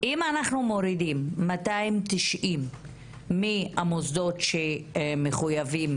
אם אנחנו מורידים 290 תלונות מהמוסדות להשכלה גבוהה